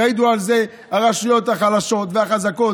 ויעידו על זה הרשויות החלשות והחזקות,